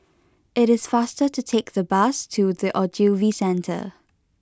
it is faster to take the bus to The Ogilvy Centre